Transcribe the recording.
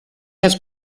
has